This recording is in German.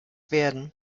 werden